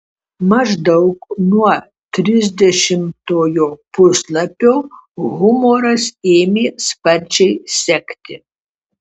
maždaug nuo trisdešimtojo puslapio humoras ėmė sparčiai sekti